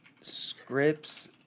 scripts